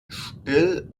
still